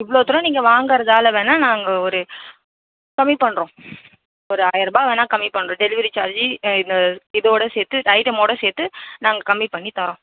இவ்வளோ தூரம் நீங்கள் வாங்கறதால் வேணால் நாங்கள் ஒரு கம்மி பண்ணுறோம் ஒரு ஆயரரூபா வேணால் கம்மி பண்ணுறோம் டெலிவரி சார்ஜ் இந்த இதோடு சேர்த்து இந்த ஐட்டமோடு சேர்த்து நாங்கள் கம்மி பண்ணித்தரோம்